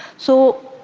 so,